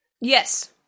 Yes